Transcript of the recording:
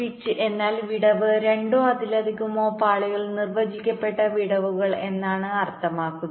pitch എന്നാൽ വിടവ് രണ്ടോ അതിലധികമോ പാളികളിൽ നിർവചിക്കപ്പെട്ട വിടവുകൾ എന്നാണ് അർത്ഥമാക്കുന്നത്